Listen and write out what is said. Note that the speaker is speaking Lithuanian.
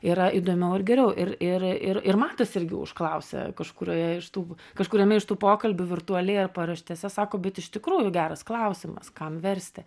yra įdomiau ir geriau ir ir ir ir matas irgi užklausė kažkurioje iš tų kažkuriame iš tų pokalbių virtualiai ar paraštėse sako bet iš tikrųjų geras klausimas kam versti